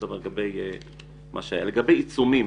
לגבי עיצומים,